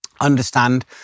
understand